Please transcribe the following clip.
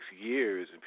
years